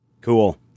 Cool